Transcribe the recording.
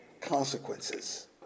consequences